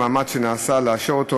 על המאמץ שנעשה לאשר אותו,